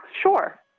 Sure